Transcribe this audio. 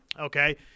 Okay